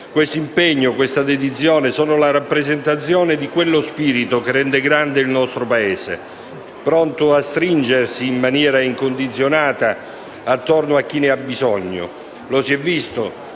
Questo impegno e questa dedizione sono la rappresentazione di quello spirito che rende grande il nostro Paese e pronto a stringersi in maniera incondizionata attorno a chi ne ha bisogno. Lo si è visto,